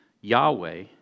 Yahweh